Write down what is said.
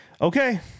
okay